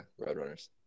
Roadrunners